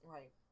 Right